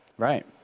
Right